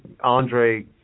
Andre –